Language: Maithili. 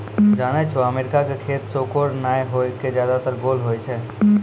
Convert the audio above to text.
जानै छौ अमेरिका के खेत चौकोर नाय होय कॅ ज्यादातर गोल होय छै